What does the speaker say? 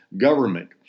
government